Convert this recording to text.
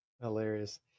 Hilarious